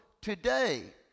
today